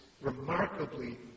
remarkably